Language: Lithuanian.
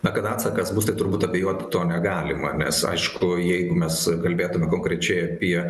na kad atsakas bus tai turbūt abejoti tuo negalima nes aišku jeigu mes kalbėtumėm konkrečiai apie